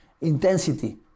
intensity